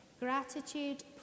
Gratitude